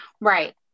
Right